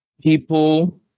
people